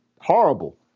horrible